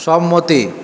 সম্মতি